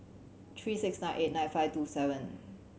three six nine eight nine five two seven